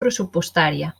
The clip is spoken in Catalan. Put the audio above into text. pressupostària